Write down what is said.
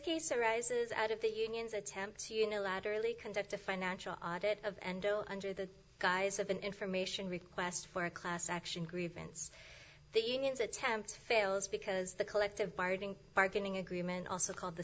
case arises out of the union's attempt to unilaterally conduct a financial hit of endo under the guise of an information request for a class action grievance the union's attempt fails because the collective bargaining bargaining agreement also called the